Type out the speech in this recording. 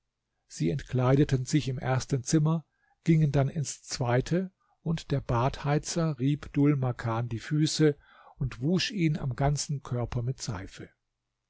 sie entkleideten sich im ersten zimmer gingen dann ins zweite und der badheizer rieb dhul makan die füße und wusch ihn am ganzen körper mit seife